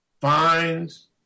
Fines